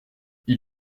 ils